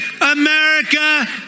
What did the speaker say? America